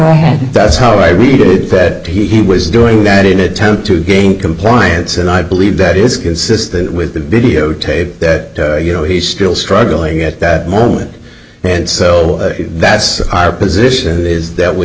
do that's how i read it said he was doing that in attempt to gain compliance and i believe that is consistent with the videotape that you know he is still struggling at that moment and so that's our position is that we